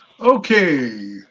Okay